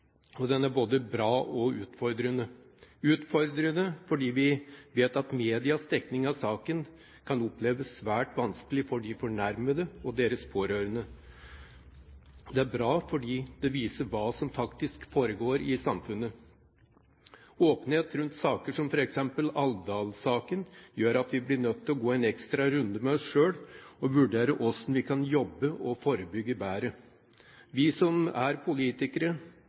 viktig. Den er både bra og utfordrende – utfordrende fordi vi vet at medias dekning av saken kan oppleves svært vanskelig for de fornærmede og deres pårørende, og bra fordi det viser hva som faktisk foregår i samfunnet. Åpenhet rundt saker som f.eks. Alvdal-saken gjør at vi blir nødt til å gå en ekstra runde med oss sjøl og vurdere hvordan vi kan jobbe og forebygge bedre. Vi som er politikere,